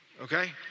Okay